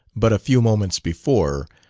but a few moments before,